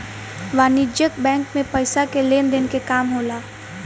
वाणिज्यक बैंक मे पइसा के लेन देन के काम होला